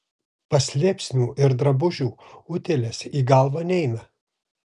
paslėpsnių ir drabužių utėlės į galvą neina